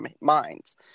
minds